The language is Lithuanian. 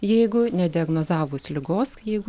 jeigu nediagnozavus ligos jeigu